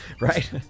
right